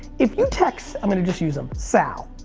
if you text, i'm gonna just use him sal.